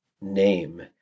name